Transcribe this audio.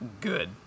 good